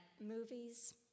movies